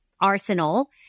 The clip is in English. arsenal